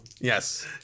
Yes